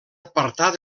apartar